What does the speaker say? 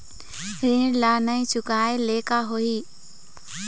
ऋण ला नई चुकाए ले का होही?